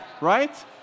right